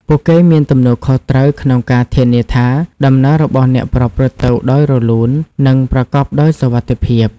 ពួកគេមានទំនួលខុសត្រូវក្នុងការធានាថាដំណើររបស់អ្នកប្រព្រឹត្តទៅដោយរលូន និងប្រកបដោយសុវត្ថិភាព។